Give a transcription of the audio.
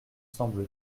semble